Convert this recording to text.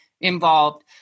involved